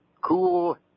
Cool